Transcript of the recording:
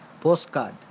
postcard